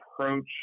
approach